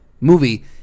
movie